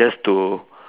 just to